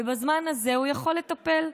ובזמן הזה הוא יכול לטפל.